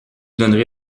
donnerai